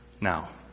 now